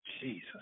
Jesus